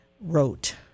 wrote